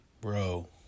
Bro